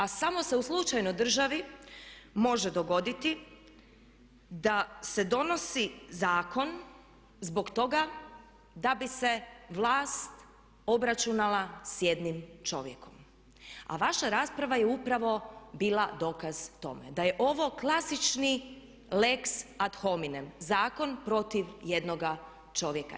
A samo se u slučajnoj državi može dogoditi da se donosi zakon zbog toga da bi se vlast obračunala s jednim čovjekom a vaša rasprava je upravo bila dokaz tome da je ovo klasični lex ad hominem, zakon protiv jednoga čovjeka.